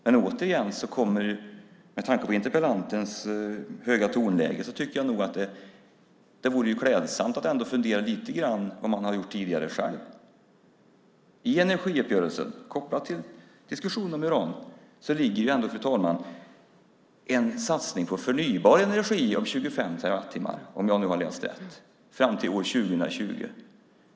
Men återigen: Med tanke på interpellantens höga tonläge tycker jag att det vore klädsamt att ändå fundera lite grann på vad man själv har gjort tidigare. Fru talman! I energiuppgörelsen, kopplat till diskussionen om uran, ligger en satsning på förnybar energi om 25 terawattimmar fram till 2020, om jag nu har läst rätt.